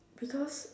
because